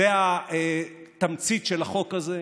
זו התמצית של החוק הזה,